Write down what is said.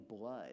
blood